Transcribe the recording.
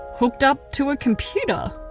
hooked up to a computer?